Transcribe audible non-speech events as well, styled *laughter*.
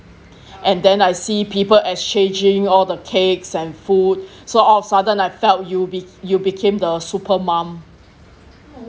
and then I see people exchanging all the cakes and food *breath* so all of a sudden I felt you be~ you became the super mum